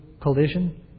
collision